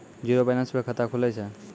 Zero balance पर खाता खुले छै?